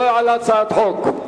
לא על הצעת חוק.